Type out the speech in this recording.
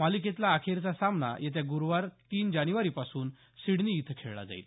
मालिकेतला अखेरचा सामना ग्रुवार तीन जानेवारीपासून सिडनी इथं खेळला जाईल